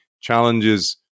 challenges